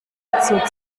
geradezu